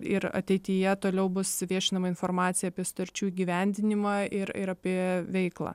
ir ateityje toliau bus viešinama informacija apie sutarčių įgyvendinimą ir ir apie veiklą